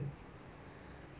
for me